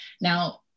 Now